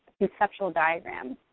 conceptual diagrams.